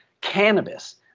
cannabis